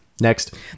Next